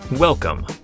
Welcome